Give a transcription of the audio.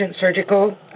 surgical